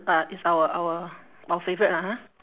uh it's our our our favorite ah ha